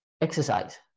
exercise